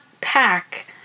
pack